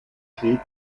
schrieb